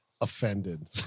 offended